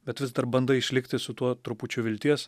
bet vis dar bandai išlikti su tuo trupučiu vilties